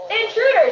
intruders